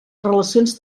relacions